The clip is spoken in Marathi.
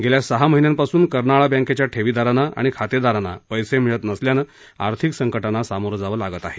गेल्या सहा महिन्यांपासून कर्नाळा बँकेच्या ठेवीदारांना आणि खातेदारांना पैसे मिळत नसल्यानं आर्थिक संकटांना सामोरं जावं लागत आहे